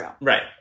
Right